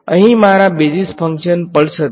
અહીં મારા basis function plus હતા